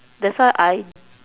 that's why I